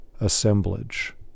assemblage